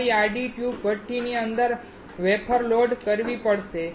તમારે આડી ટ્યુબ ભઠ્ઠીની અંદર વેફર લોડ કરવી પડશે